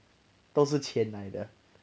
都是钱来的